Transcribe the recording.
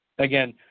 Again